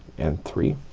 and three